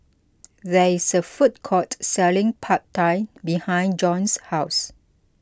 there is a food court selling Pad Thai behind Jon's house